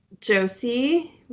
Josie